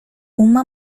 uma